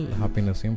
happiness